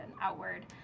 outward